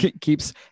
keeps